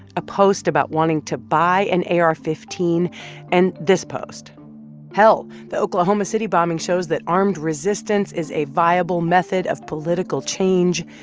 a post about wanting to buy an ar fifteen and this post hell, the oklahoma city bombing shows that armed resistance is a viable method of political change.